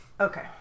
Okay